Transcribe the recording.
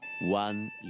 one